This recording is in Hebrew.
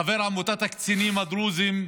חבר עמותת הקצינים הדרוזים.